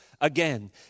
again